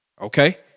Okay